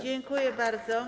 Dziękuję bardzo.